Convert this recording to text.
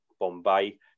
Bombay